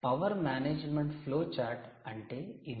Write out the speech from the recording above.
power management flow chart అంటే ఇదే